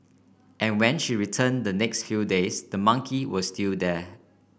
and when she returned the next few days the monkey was still there